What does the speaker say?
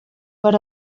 per